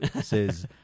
says